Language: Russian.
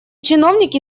чиновники